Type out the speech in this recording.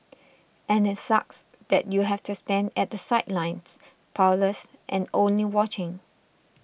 and it sucks that you have to stand at the sidelines powerless and only watching